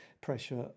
pressure